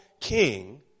king